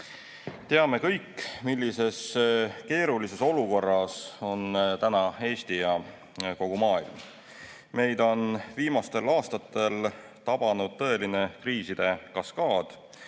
Teame kõik, millises keerulises olukorras on täna Eesti ja kogu maailm. Meid on viimastel aastatel tabanud tõeline kriiside kaskaad,